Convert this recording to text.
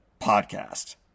podcast